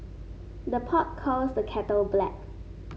the pot calls the kettle black